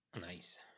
Nice